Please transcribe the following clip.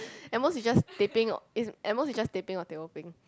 at most it's just teh peng it's at most it's just teh peng or teh O peng